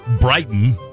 Brighton